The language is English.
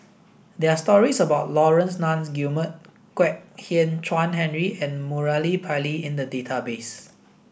there are stories about Laurence Nunns Guillemard Kwek Hian Chuan Henry and Murali Pillai in the database